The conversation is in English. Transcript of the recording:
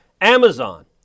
Amazon